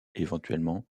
éventuellement